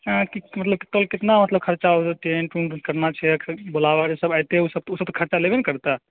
आंय कि मतलब कल कितना मतलब खरचा टेन्ट उन्ट करना छै बोलाबा सब अयतै ओ सब तऽ खरचा लेबे ने करतै